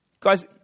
Guys